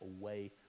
away